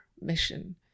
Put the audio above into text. mission